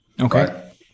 Okay